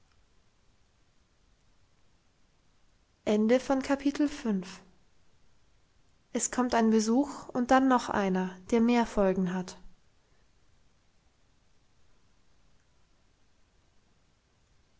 es kommt ein besuch und dann noch einer der mehr folgen hat